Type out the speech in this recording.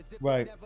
Right